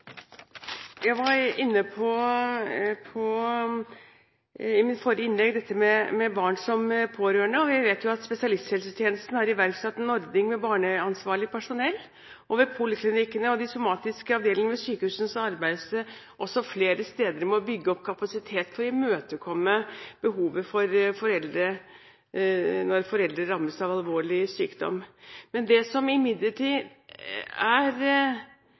Jeg var i mitt forrige innlegg inne på dette med barn som pårørende, og vi vet jo at spesialisthelsetjenesten har iverksatt en ordning med barneansvarlig personell. Ved poliklinikkene og de somatiske avdelingene ved sykehusene arbeides det også flere steder med å bygge opp kapasiteten for å imøtekomme behovet når foreldre rammes av alvorlig sykdom. Det er imidlertid, ifølge BarnsBeste, en manglende kompetanse og våkenhet for dette behovet i primærhelsetjenesten. Så det er